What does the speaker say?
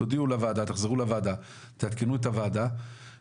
תודיעו לוועדה, תחזרו לוועדה ותעדכנו אותה.